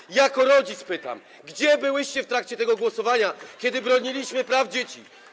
Pytam jako rodzic: Gdzie byłyście w trakcie tego głosowania, kiedy broniliśmy praw dzieci?